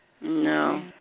No